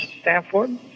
Stanford